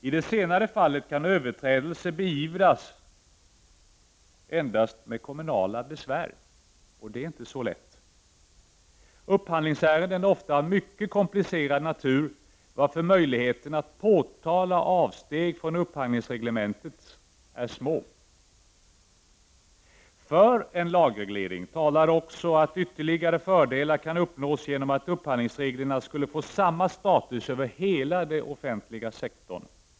I det senare fallet kan överträdelse beivras endast med kommunala besvär, och det är inte så lätt. Upphandlingsärenden är ofta av mycket komplicerad natur, varför möjligheten att påtala avsteg från upphandlingsreglementet är små. För en lagreglering talar också att ytterligare fördelar kan uppnås genom att upphandlingsreglerna skulle få samma status över hela den offentliga sektorn.